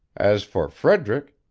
as for frederick,